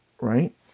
Right